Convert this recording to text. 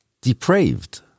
depraved